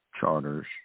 charters